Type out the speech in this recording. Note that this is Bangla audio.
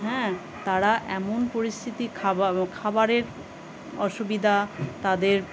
হ্যাঁ তারা এমন পরিস্থিতি খাবা ব্ খাবারের অসুবিধা তাদের